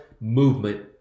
movement